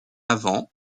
avant